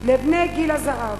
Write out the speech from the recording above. לבני גיל הזהב,